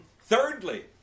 Thirdly